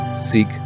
seek